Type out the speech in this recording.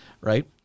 right